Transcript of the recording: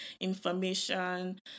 information